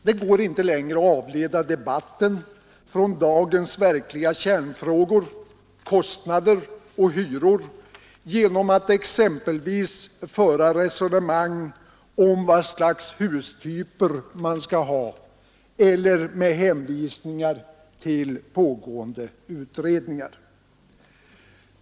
Det går inte längre att avleda debatten från dagens verkliga kärnfrågor — kostnader och hyror — genom att exempelvis föra resonemang om vad slags hustyper man skall ha eller med hänvisningar till pågående utredningar.